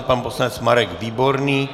Pan poslanec Marek Výborný.